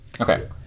Okay